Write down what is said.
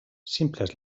simples